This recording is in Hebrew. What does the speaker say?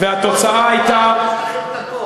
התוצאה הייתה, מה הבעיה?